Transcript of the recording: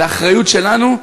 זאת אחריות שלנו.